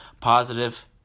positive